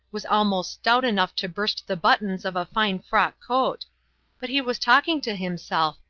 was almost stout enough to burst the buttons of a fine frock-coat but he was talking to himself,